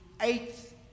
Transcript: eighth